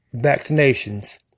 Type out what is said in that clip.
vaccinations